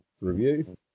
Review